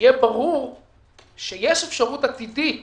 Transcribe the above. שיהיה ברור שיש אפשרות עתידית